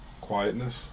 Quietness